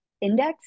index